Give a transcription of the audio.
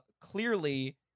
clearly